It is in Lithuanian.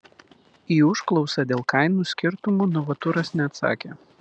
į užklausą dėl kainų skirtumų novaturas neatsakė